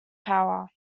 power